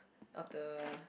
of the